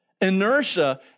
inertia